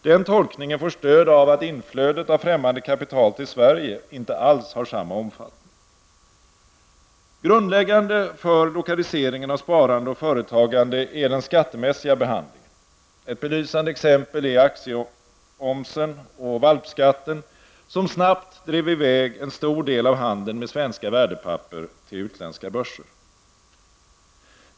Den tolkningen får stöd av att inflödet av främmande kapital till Sverige inte alls har samma omfattning. Grundläggande för lokaliseringen av sparande och företagande är den skattemässiga behandlingen. Ett belysande exempel är aktieomsen och valpskatten, som snabbt drev i väg en stor del av handeln med svenska värdepapper till utländska börser.